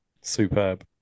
superb